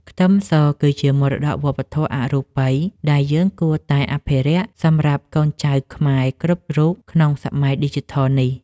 ខ្ទឹមសគឺជាមរតកវប្បធម៌អរូបិយដែលយើងគួរតែអភិរក្សសម្រាប់កូនចៅខ្មែរគ្រប់រូបក្នុងសម័យឌីជីថលនេះ។